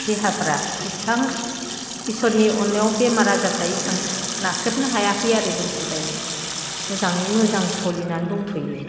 देहाफ्रा इसां इसोरनि अननायाव बेमार आजारफ्रा इसां नाख्रेबनो हायाखै आरो जोंखौ दायो मोजाङै मोजां सोलिनानै दंथ'यो